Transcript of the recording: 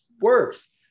works